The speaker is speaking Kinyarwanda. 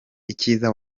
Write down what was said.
icyiza